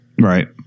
Right